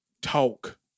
talk